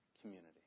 Community